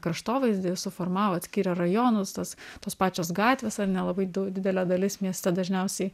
kraštovaizdį suformavo atskyrė rajonus tas tos pačios gatvės ar ne labai dau didelė dalis mieste dažniausiai